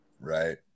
Right